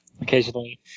Occasionally